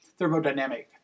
Thermodynamic